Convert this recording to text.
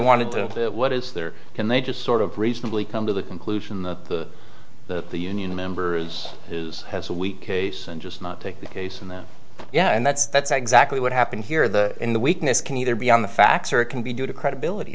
wanted to get what is there can they just sort of reasonably come to the conclusion that the the the union members his has a weak case and just not take the case and that yeah and that's that's exactly what happened here the in the witness can either be on the facts or it can be due to credibility